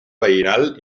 veïnal